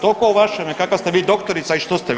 Toliko o vašem kakva ste vi doktorica i što ste vi.